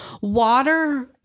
water